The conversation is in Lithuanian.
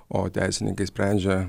o teisininkai sprendžia